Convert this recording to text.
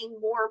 more